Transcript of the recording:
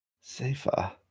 Safer